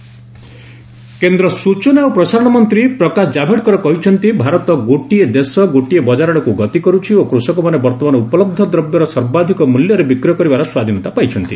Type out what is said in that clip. Bihar poll କେନ୍ଦ୍ର ସୂଚନା ଓ ପ୍ରସାରଣ ମନ୍ତ୍ରୀ ପ୍ରକାଶ ଜାଭେଡକର କହିଚ୍ଚନ୍ତି ଭାରତ ଗୋଟିଏ ଦେଶ ଗୋଟିଏ ବକାର ଆଡକୁ ଗତି କରୁଛି ଓ କୃଷକମାନଙ୍କୁ ବର୍ତ୍ତମାନ ଉପଲବ୍ଧ ଦ୍ରବ୍ୟର ସର୍ବାଧିକ ମୂଲ୍ୟରେ ବିକ୍ରୟ କରିବାର ସ୍ୱାଧୀନତା ପାଇଛନ୍ତି